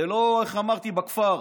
זה לא, איך אמרתי, בכפר.